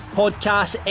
podcast